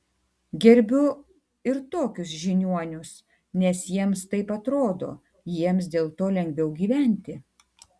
gerbiu ir tokius žiniuonius nes jiems taip atrodo jiems dėl to lengviau gyventi